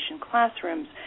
classrooms